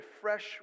fresh